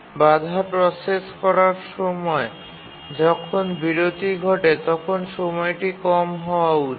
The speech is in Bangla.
বাধা প্রসেস করার সময় যখন বিরতি ঘটে তখন সময়টি কম হওয়া উচিত